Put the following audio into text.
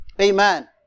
Amen